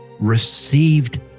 received